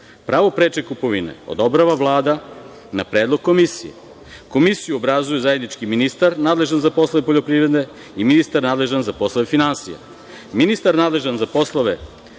Pravo preče kupovine odobrava Vlada na predlog komisije. Komisiju obrazuje zajednički ministar nadležan za poslove poljoprivrede i ministar nadležan za poslove finansija.